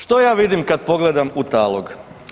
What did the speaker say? Što ja vidim kad pogledam u talog?